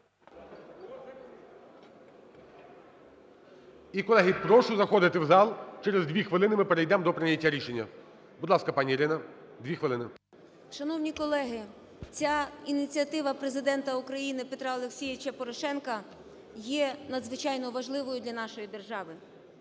І, колеги, прошу заходити в зал, через 2 хвилини ми перейдемо до прийняття рішення. Будь ласка, пані Ірина, 2 хвилини. 10:59:07 ЛУЦЕНКО І.С. Шановні колеги, ця ініціатива Президента України Петра Олексійовича Порошенка є надзвичайно важливою для нашої держави.